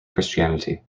christianity